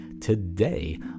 today